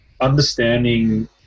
understanding